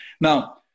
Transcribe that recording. Now